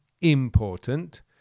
important